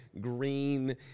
green